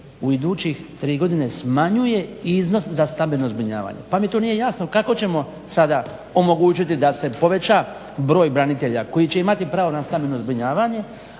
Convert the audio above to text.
u idućih tri godine smanjuje iznos za stambeno zbrinjavanje. Pa mi tu nije jasno kako ćemo sada omogućiti da se poveća broj branitelja koji će imati pravo na stambeno zbrinjavanje,